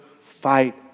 fight